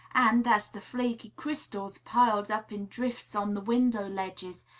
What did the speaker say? and, as the flaky crystals piled up in drifts on the window-ledges,